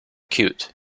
cute